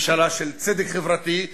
ממשלה של צדק חברתי,